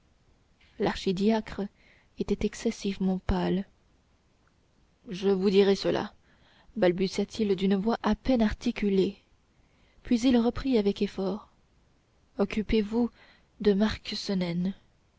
l'archidiacre était excessivement pâle je vous dirai cela balbutia-t-il d'une voix à peine articulée puis il reprit avec effort occupez-vous de marc